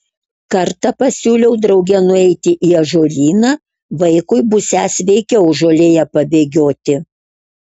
kartą pasiūliau drauge nueiti į ąžuolyną vaikui būsią sveikiau žolėje pabėgioti